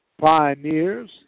Pioneers